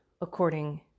according